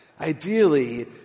Ideally